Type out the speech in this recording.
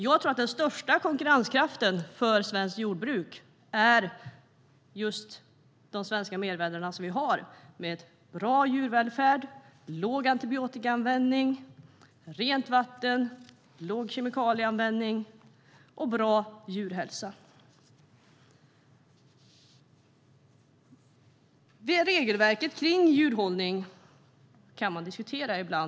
Jag tror att svenskt jordbruks största konkurrenskraft är våra mervärden med bra djurvälfärd, låg antibiotikaanvändning, rent vatten, låg kemikalieanvändning och bra djurhälsa. Regelverket för djurhållning kan diskuteras.